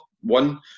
one